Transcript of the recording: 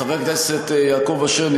חבר הכנסת יעקב אשר,